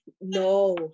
no